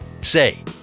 Say